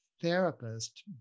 therapist